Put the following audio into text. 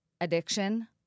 addiction